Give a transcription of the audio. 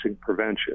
prevention